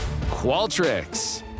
Qualtrics